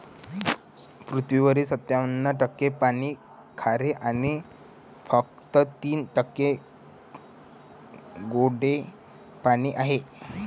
पृथ्वीवरील सत्त्याण्णव टक्के पाणी खारे आणि फक्त तीन टक्के गोडे पाणी आहे